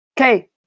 Okay